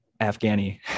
Afghani